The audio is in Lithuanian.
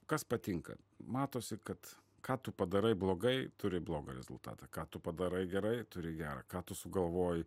kas patinka matosi kad ką tu padarai blogai turi blogą rezultatą ką tu padarai gerai turi gerą ką tu sugalvoji